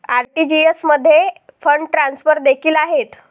RTGS मध्ये fund transfer देखील आहेत